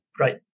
Right